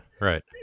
Right